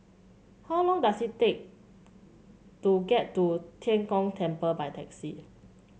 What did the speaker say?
how long does it take to get to Tian Kong Temple by taxi